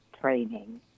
training